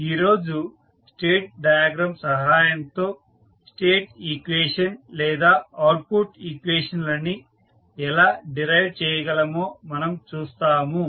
ఈరోజు state diagram సహాయంతో state equation లేదా అవుట్పుట్ ఈక్వేషన్ లని ఎలా డిరైవ్ చేయగలమో మనం చూస్తాము